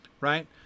right